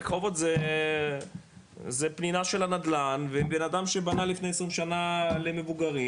רחובות זה פנינה של הנדלן ובנאדם שבנה לפני עשרים שנה למבוגרים,